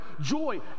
Joy